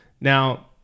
Now